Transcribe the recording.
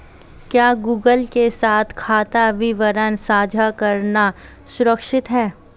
क्या गूगल के साथ खाता विवरण साझा करना सुरक्षित है?